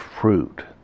fruit